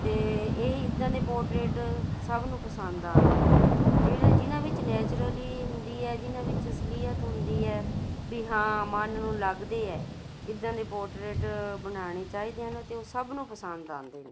ਅਤੇ ਇਹ ਇੱਦਾਂ ਦੀ ਪੋਰਟਰੇਟ ਸਭ ਨੂੰ ਪਸੰਦ ਆਉਂਦੇ ਜਿਹੜੇ ਜਿਹਨਾਂ ਵਿੱਚ ਨੈਚੁਰਲੀ ਹੁੰਦੀ ਹੈ ਜਿਹਨਾਂ ਵਿੱਚ ਅਸਲੀਅਤ ਹੁੰਦੀ ਹੈ ਵੀ ਹਾਂ ਮਨ ਨੂੰ ਲੱਗਦੇ ਹੈ ਇੱਦਾਂ ਦੇ ਪੋਰਟਰੇਟ ਬਣਾਉਣੇ ਚਾਹੀਦੇ ਹਨ ਅਤੇ ਉਹ ਸਭ ਨੂੰ ਪਸੰਦ ਆਉਂਦੇ ਨੇ